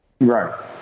Right